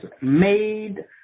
made